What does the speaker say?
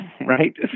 right